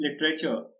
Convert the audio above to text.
literature